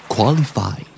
Qualify